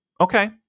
okay